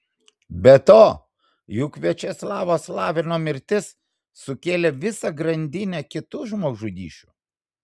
be to juk viačeslavo slavino mirtis sukėlė visą grandinę kitų žmogžudysčių